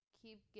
keep